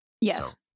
Yes